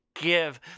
give